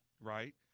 right